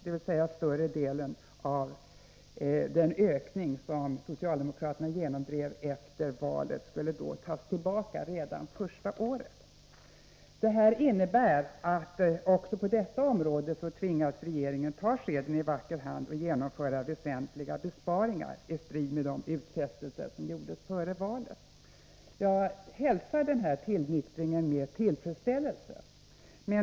Det innebär att större delen av den ökning som socialdemokraterna genomdrev efter valet skulle då tas tillbaka redan första året. Också på detta område tvingas alltså regeringen ta skeden i vacker hand och genomföra väsentliga besparingar i strid med de utfästelser som gjordes före valet. Jag hälsar denna tillnyktring med tillfredsställelse.